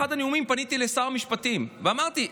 באחד הנאומים פניתי לשר המשפטים ואמרתי,